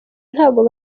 ntago